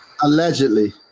allegedly